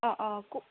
অ অ